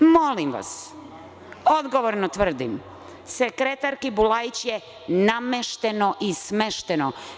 Molim vas, odgovorno tvrdim, sekretarki Bulajić je namešteno i smešteno.